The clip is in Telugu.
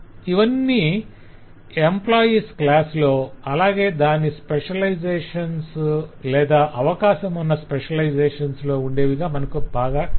ఇవన్నీ ఎంప్లాయ్ క్లాస్ లో అలాగే దాని స్పెషలైజేషన్స్ లేదా అవకాశమున్న స్పెషలైజేషన్స్ లో ఉండేవిగా లాగా మనకు కనపడతాయి